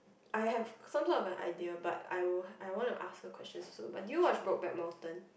I have some kind of an idea but I will I want to ask her questions so but did you watch Brokeback Mountain